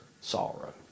sorrow